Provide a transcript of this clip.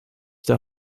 der